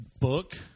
Book